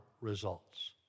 results